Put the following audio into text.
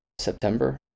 September